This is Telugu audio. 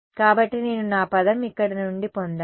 కాబట్టి నేను నా పదం ఇక్కడ నుండి పొందాను